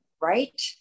right